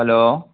hello